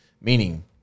meaning